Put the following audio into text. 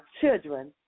children